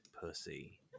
pussy